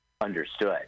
Understood